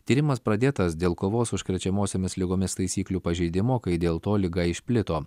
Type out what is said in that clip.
tyrimas pradėtas dėl kovos su užkrečiamosiomis ligomis taisyklių pažeidimo kai dėl to liga išplito